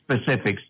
specifics